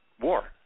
war